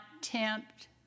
tempt